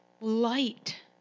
light